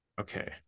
Okay